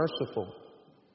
merciful